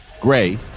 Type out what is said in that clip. gray